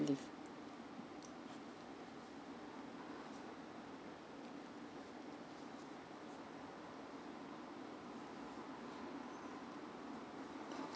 leave